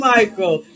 Michael